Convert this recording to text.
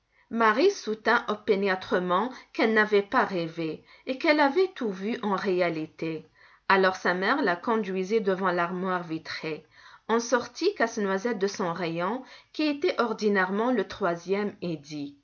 marie soutint opiniâtrement qu'elle n'avait pas rêvé et qu'elle avait tout vu en réalité alors sa mère la conduisit devant l'armoire vitrée en sortit casse-noisette de son rayon qui était ordinairement le troisième et dit